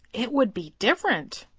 it would be different.